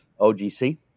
OGC